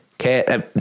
Okay